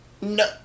no